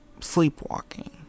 sleepwalking